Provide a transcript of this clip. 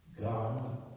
God